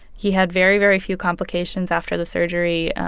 he had very, very few complications after the surgery.